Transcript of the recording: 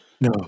No